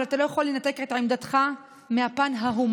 אבל אתה לא יכול לנתק את עמדתך מהפן ההומני,